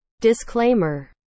Disclaimer